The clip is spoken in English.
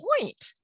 point